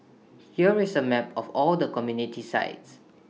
here is A map of all the community sites